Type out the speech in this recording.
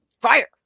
Fire